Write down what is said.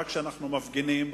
רק כשאנחנו מפגינים,